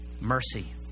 mercy